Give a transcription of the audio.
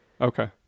Okay